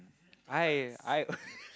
I I